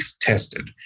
Tested